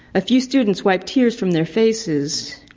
a few students wiped tears from their faces.